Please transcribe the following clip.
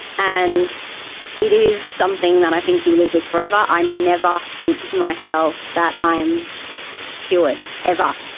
and it is something that i think you live with forever. i never think to myself that i am cured, ever.